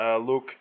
look